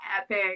epic